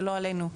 שלא עלינו,